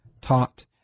taught